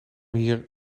hier